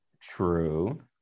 True